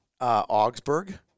Augsburg